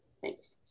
Thanks